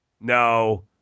No